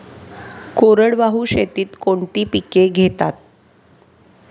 कोरडवाहू शेतीत कोणती पिके घेतात?